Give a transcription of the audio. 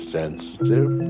sensitive